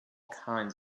kinds